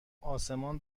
آسمان